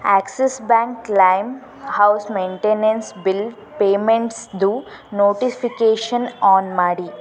Axis bank lime house maintenance bill ಪೇಮೆಂಟ್ಸ್ದು notification on ಮಾಡಿ